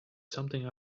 something